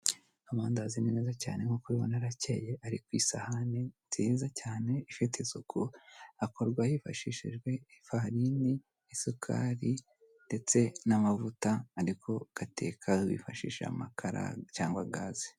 Amandazi ni meza cyane nkuko ubibona arakeye ari ku isahani nziza cyane ifite isuku, akorwa hifashishijwe ifarini, isukari ndetse n'amavuta ariko ugateka wifashishije amakara cyangwa gazi.